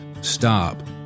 stop